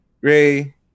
Ray